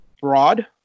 broad